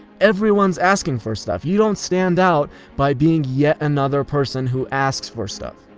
everyone's asking for stuff. you don't stand out by being yet another person who asks for stuff.